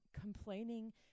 complaining